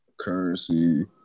currency